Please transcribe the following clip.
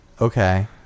Okay